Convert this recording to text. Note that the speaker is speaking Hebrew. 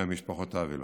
מהמשפחות האבלות.